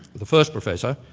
the first professor,